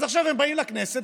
אז עכשיו הם באים לכנסת,